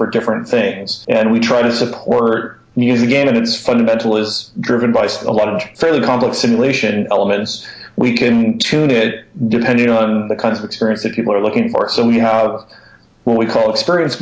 for different things and we try to support news again and it's fundamental is driven by a lot of fairly complex simulation elements we can tune it depending on the kind of experience that people are looking for so we have what we call experience